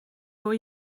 door